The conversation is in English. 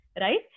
Right